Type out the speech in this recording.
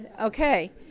Okay